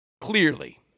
Clearly